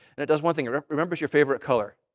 and it does one thing remembers your favorite color.